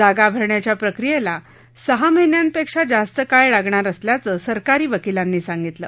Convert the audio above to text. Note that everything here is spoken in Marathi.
जागा भरण्याच्या प्रक्रियेला सहा महिन्यांपेक्षा जास्त काळ लागणार असल्याचं सरकारी वकीलांनी सांगितलं